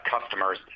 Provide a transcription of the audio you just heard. customers